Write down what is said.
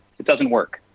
it does not work.